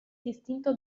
distinto